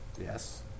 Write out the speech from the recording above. Yes